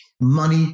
money